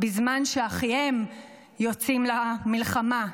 בזמן שאחיהם יוצאים למלחמה,